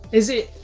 is it,